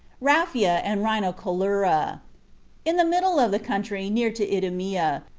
raphia, and rhinocolura in the middle of the country, near to idumea,